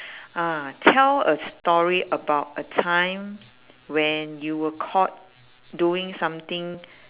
ah tell a story about a time when you were caught doing something